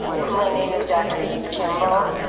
my name is dr. eve kimball.